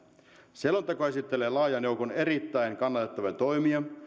selonteko esittelee laajan joukon erittäin kannatettavia toimia